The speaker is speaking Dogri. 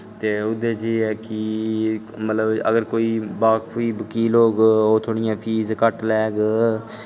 ओह्दै च एह् ऐ कि अगर कोई बाकफ अगर कोई बकील होग ओह् फीस घट्ट लैग